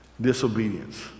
Disobedience